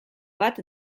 bat